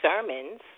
sermons